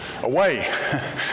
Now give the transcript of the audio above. away